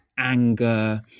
Anger